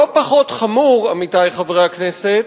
לא פחות חמור, עמיתי חברי הכנסת,